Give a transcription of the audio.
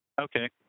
Okay